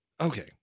okay